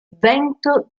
vento